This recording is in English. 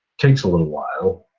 takes a little while,